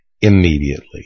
immediately